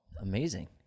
Amazing